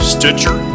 Stitcher